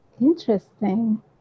Interesting